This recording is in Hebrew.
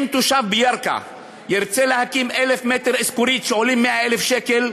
אם תושב בירכא ירצה להקים 1,000 מ"ר איסכורית שעולים 100,000 שקל,